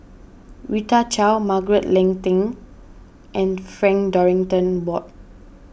Rita Chao Margaret Leng Tan and Frank Dorrington Ward